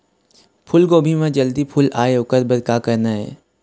फूलगोभी म जल्दी फूल आय ओकर बर का करना ये?